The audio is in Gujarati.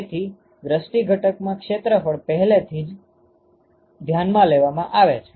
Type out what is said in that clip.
તેથી દ્રષ્ટી ઘટકમાં ક્ષેત્રફળ પહેલેથી ધ્યાનમાં લેવામાં આવે છે